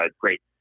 great